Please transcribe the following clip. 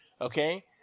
Okay